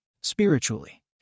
spiritually